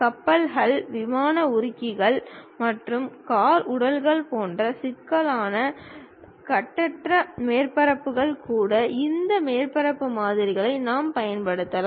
கப்பல் ஹல் விமானம் உருகிகள் மற்றும் கார் உடல்கள் போன்ற சிக்கலான கட்டற்ற மேற்பரப்புகள் கூட இந்த மேற்பரப்பு மாதிரிகளை நாம் பயன்படுத்தலாம்